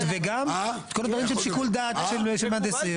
וגם את כל הדברים שהם שיקול דעת של מהנדסים,